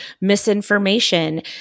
misinformation